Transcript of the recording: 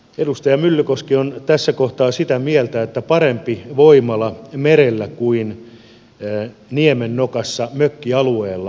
edustaja myllykoski on tässä kohtaa sitä mieltä että parempi voimala merellä kuin niemennokassa mökkialueella